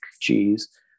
cheese